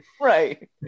right